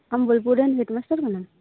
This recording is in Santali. ᱟᱢ ᱵᱳᱞᱯᱩᱨ ᱨᱮᱱ ᱦᱮᱰ ᱢᱟᱥᱴᱟᱨ ᱠᱟᱱᱟᱢ